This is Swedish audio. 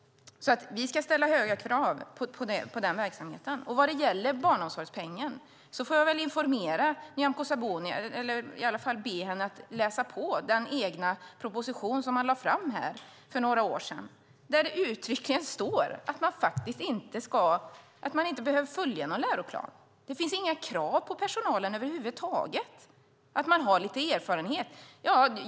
Vi ska ställa höga krav på den verksamheten. Vad gäller barnomsorgspengen får jag be Nyamko Sabuni att läsa den egna propositionen som regeringen lade fram för några år sedan. Där står det uttryckligen att man inte behöver följa någon läroplan. Det finns inga krav på personalen över huvud taget annat än att man har lite erfarenhet.